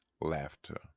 laughter